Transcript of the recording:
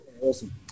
awesome